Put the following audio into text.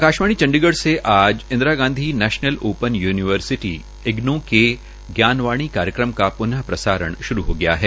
आकाशवाणी चंडीगढ़ से आज Indira Gandhi national open university IGNOU के जानवाणी कार्यक्रम का प्न प्रसारण श्रू हो गया है